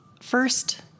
first